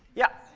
yeah.